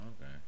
okay